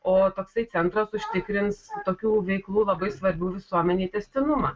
o toksai centras užtikrins tokių veiklų labai svarbių visuomenei tęstinumą